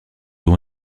eaux